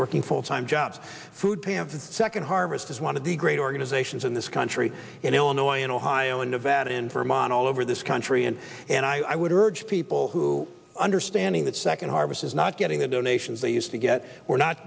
working full time jobs food stamps second harvest is one of the great organizations in this country in illinois in ohio in nevada in from on all over this country and and i would urge people who understanding that second harvest is not getting the donations they used to get or not